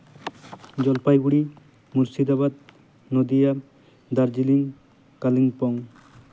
Jalpaiguri Murshidabad Nadia Darjeeling Kalimpong